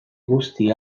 guzti